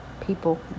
people